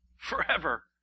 Forever